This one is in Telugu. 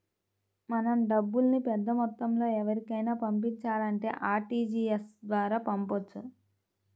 మనం డబ్బుల్ని పెద్దమొత్తంలో ఎవరికైనా పంపించాలంటే ఆర్టీజీయస్ ద్వారా పంపొచ్చు